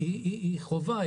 היא חובה.